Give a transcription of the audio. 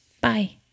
Bye